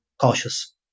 cautious